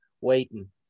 waiting